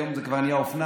היום זה כבר נהיה אופנה,